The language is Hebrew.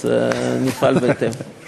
נפעל בהתאם.